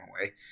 away